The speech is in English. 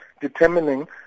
determining